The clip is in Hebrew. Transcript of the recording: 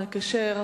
השר המקשר,